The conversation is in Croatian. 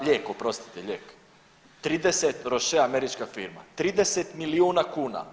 Lijek, oprostite lijek 30, … američka firma, 30 milijuna kuna.